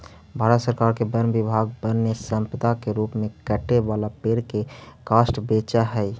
भारत सरकार के वन विभाग वन्यसम्पदा के रूप में कटे वाला पेड़ के काष्ठ बेचऽ हई